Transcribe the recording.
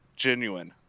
Genuine